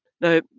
Now